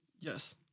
Yes